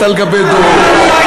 דורות על גבי דורות.